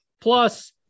plus